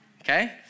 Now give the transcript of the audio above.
Okay